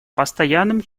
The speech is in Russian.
постоянным